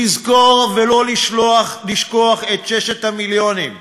לזכור ולא לשכוח את ששת המיליונים,